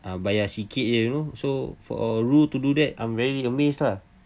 bayar sikit jer you know so for roo to do that I'm very amazed lah